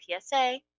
PSA